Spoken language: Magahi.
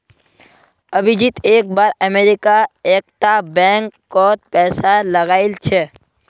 अभिजीत एक बार अमरीका एक टा बैंक कोत पैसा लगाइल छे